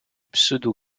pseudo